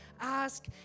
Ask